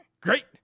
great